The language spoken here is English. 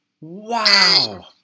Wow